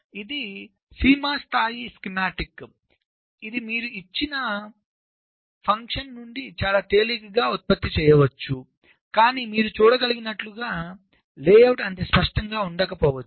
ఇది CMOS స్థాయి schematic ఇది మీరు ఇచ్చిన ఫంక్షన్ నుండి చాలా తేలికగా ఉత్పత్తి చేయవచ్చు కానీ మీరు చూడగలిగినట్లుగా లేఅవుట్ అంత స్పష్టంగా ఉండకపోవచ్చు